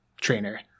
Trainer